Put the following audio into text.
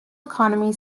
economy